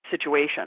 situation